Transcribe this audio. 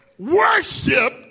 Worship